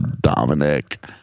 Dominic